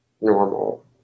normal